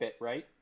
right